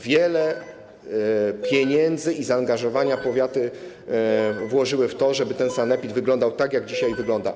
Wiele pieniędzy i zaangażowania powiaty włożyły w to, żeby ten sanepid wyglądał tak, jak dzisiaj wygląda.